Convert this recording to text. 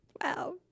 Wow